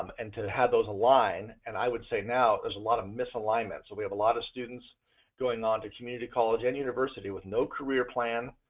um and to have those aligned and i would say now is a lot of misalignment. so we have a lot of students going on to community college and university with no career plan,